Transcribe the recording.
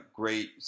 great